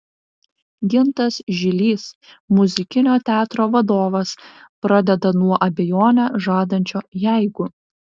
gintas žilys muzikinio teatro vadovas pradeda nuo abejonę žadančio jeigu